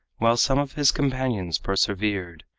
while some of his companions persevered,